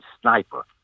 sniper